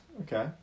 Okay